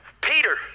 Peter